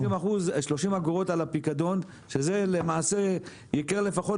30 אגורות על הפיקדון שזה למעשה ייקר לפחות